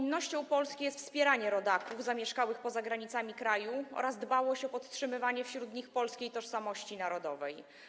Powinnością Polski jest wspieranie rodaków zamieszkałych poza granicami kraju oraz dbałość o podtrzymywanie wśród nich polskiej tożsamości narodowej.